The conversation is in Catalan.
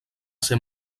ser